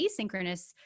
asynchronous